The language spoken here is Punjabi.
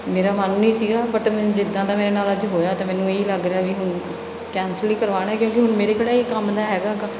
ਮੇਰਾ ਮਨ ਨਹੀਂ ਸੀਗਾ ਬਟ ਮੀਨਜ਼ ਜਿੱਦਾਂ ਦਾ ਮੇਰੇ ਨਾਲ ਅੱਜ ਹੋਇਆ ਤਾਂ ਮੈਨੂੰ ਇਹ ਹੀ ਲੱਗ ਰਿਹਾ ਵੀ ਹੁਣ ਕੈਂਸਲ ਹੀ ਕਰਵਾਉਣਾ ਕਿਉਂਕਿ ਹੁਣ ਮੇਰੇ ਕਿਹੜਾ ਇਹ ਕੰਮ ਦਾ ਹੈਗਾ ਗਾ